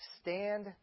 stand